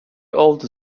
older